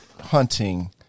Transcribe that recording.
hunting